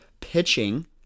pitching